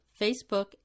Facebook